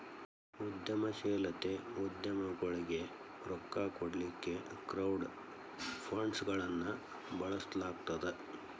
ಉದ್ಯಮಶೇಲತೆ ಉದ್ಯಮಗೊಳಿಗೆ ರೊಕ್ಕಾ ಕೊಡ್ಲಿಕ್ಕೆ ಕ್ರೌಡ್ ಫಂಡ್ಗಳನ್ನ ಬಳಸ್ಲಾಗ್ತದ